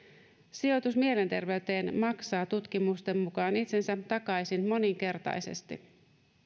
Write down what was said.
sijoitus mielenterveyteen maksaa tutkimusten mukaan itsensä takaisin moninkertaisesti